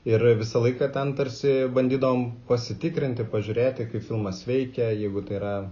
ir visą laiką ten tarsi bandydavom pasitikrinti pažiūrėti kaip filmas veikia jeigu tai yra